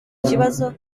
kibazo